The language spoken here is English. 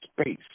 space